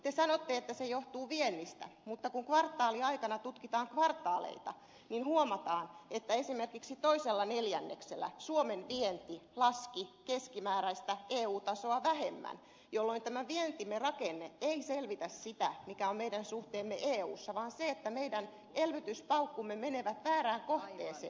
te sanotte että se johtuu viennistä mutta kun kvartaaliaikana tutkitaan kvartaaleita niin huomataan että esimerkiksi toisella neljänneksellä suomen vienti laski keskimääräistä eu tasoa vähemmän jolloin vientimme rakenne ei selitä sitä mikä tilanne on meillä suhteessa euhun vaan se että meidän elvytyspaukkumme menevät väärään kohteeseen